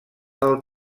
del